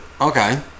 Okay